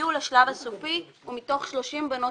הגיעו לשלב הסופי ומתוך 30 בנות